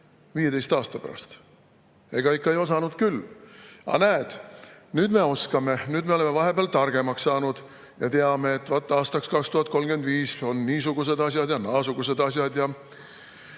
15 aasta pärast? Ega ikka ei osanud küll. Aga näed, nüüd me oskame! Nüüd me oleme vahepeal targemaks saanud ja teame, et aastaks 2035 on niisugused asjad ja naasugused asjad.